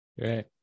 Right